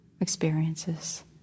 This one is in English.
experiences